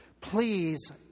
please